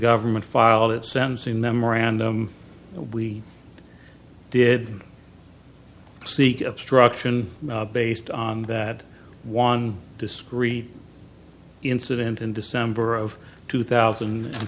government filed it sentencing memorandum we did seek obstruction based on that one discrete incident in december of two thousand and